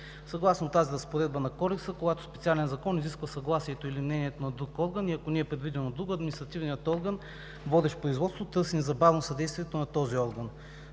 Съгласно тази разпоредба на Кодекса, когато специален закон изисква съгласието или мнението на друг орган, и ако не е предвидено друго, административният орган, водещ производството, търси незабавно съдействието на този орган.